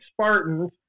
Spartans